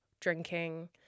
drinking